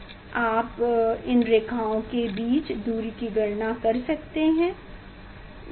आप इन रेखाओं के बीच दूरी की गणना कर सकते हैं